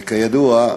וכידוע,